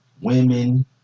women